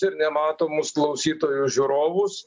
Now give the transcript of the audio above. ir nematomus klausytojus žiūrovus